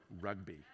rugby